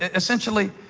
essentially,